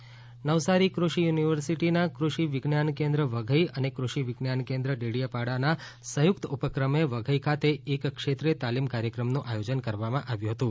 વઘઇ કૃષિ વિજ્ઞાન કેન્દ્ર નવસારી કૃષિ યુનિવર્સિટીના કૃષિ વિજ્ઞાન કેન્દ્ર વઘઇ તથા કૃષિ વિજ્ઞાન કેન્દ્ર ડેડિયાપાડાના સંયુક્ત ઊપક્રમે વઘઇ ખાતે એક ક્ષેત્રીય તાલીમ કાર્યકમનું આયોજન કરવામાં આવ્યું હતું